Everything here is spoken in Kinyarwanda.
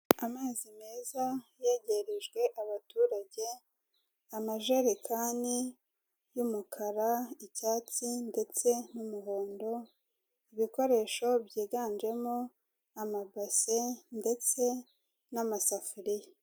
Amazi meza yegerejwe abaturage, amajerekani y'umukara icyatsi ndetse n'umuhondo, ibikoresho byiganjemo amabase ndetse n'amasafuriya.